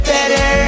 Better